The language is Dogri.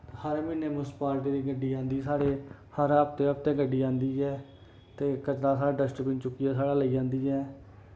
हर म्हीने मुन्सपालिटी दी गड्डी आंदी साढ़े हर हफ्ते हफ्ते गड्डी आंदी ऐ ते कचड़ा साढ़ा डस्टबिन चुक्कियै साढ़ा लेई जंदी ऐ